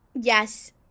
yes